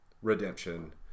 Redemption